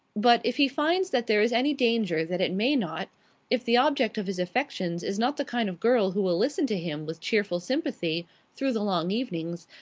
but, if he finds that there is any danger that it may not if the object of his affections is not the kind of girl who will listen to him with cheerful sympathy through the long evenings,